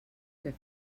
què